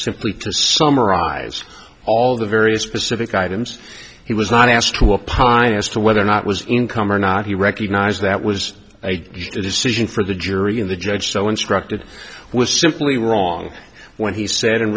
simply to summarize all the very specific items he was not asked to upon as to whether or not was income or not he recognized that was a decision for the jury and the judge so instructed was simply wrong when he said in